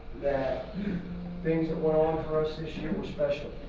that things that weren't on cross this year especially